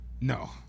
no